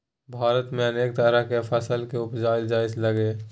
भारत में अनेक तरह के फसल के उपजाएल जा लागलइ